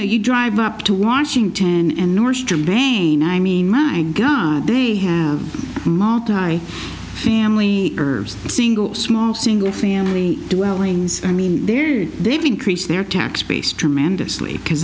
know you drive up to washington and northeastern brain i mean they have family herbs single small single family dwellings i mean there they've increased their tax base tremendously because